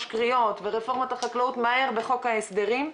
קריאות; ורפורמות החקלאות מהר בחוק ההסדרים.